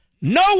No